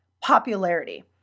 popularity